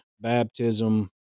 baptism